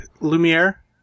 Lumiere